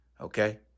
Okay